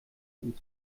und